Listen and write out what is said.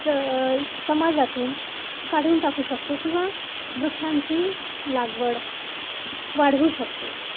स समाजातून काढून टाकू शकतो किंवा वृक्षांची लागवड वाढवू शकतो